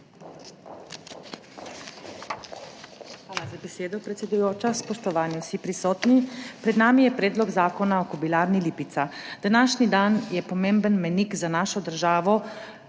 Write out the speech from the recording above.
Hvala za besedo, predsedujoča. Spoštovani vsi prisotni! Pred nami je Predlog zakona o Kobilarni Lipica. Današnji dan je pomemben mejnik za našo državo,